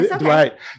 Right